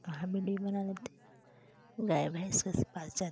वहाँ विडिओ बना लेते हैं गाय भैंस ऊस पास जाते हैं